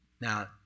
Now